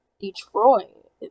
Detroit